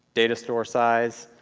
data store size,